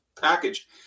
package